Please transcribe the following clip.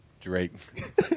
Drake